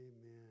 Amen